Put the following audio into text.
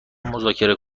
مذاکره